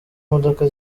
modoka